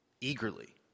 Eagerly